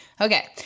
Okay